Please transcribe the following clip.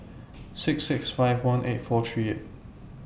six six five one eight four three eight